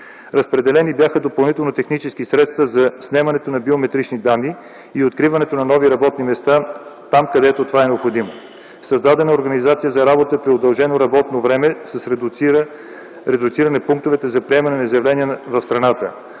Разпределени бяха допълнителни технически средства за снемането на биометрични данни и откриването на нови работни места там, където това е необходимо. Създадена е организация за работа при удължено работно време с редуциране пунктовете за приемане на заявления в страната.